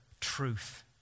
truth